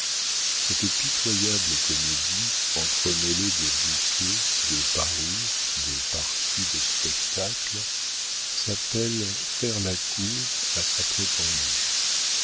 cette pitoyable comédie entremêlée de bouquets de parures de parties de spectacle s'appelle faire la cour à sa prétendue